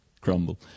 crumble